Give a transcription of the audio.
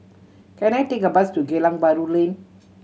can I take a bus to Geylang Bahru Lane